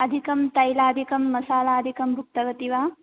अधिकं तैलादिकं मसालादिकं भुक्तवती वा